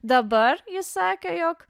dabar ji sakė jog